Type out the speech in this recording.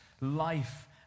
life